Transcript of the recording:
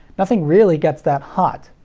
nothing really gets that hot.